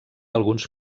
alguns